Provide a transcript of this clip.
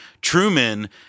Truman